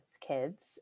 kids